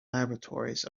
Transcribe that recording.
laboratories